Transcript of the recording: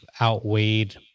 outweighed